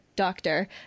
doctor